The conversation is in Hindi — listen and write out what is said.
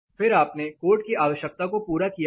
फिर आपने कोड की आवश्यकता को पूरा किया है